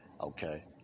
okay